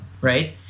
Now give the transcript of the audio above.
right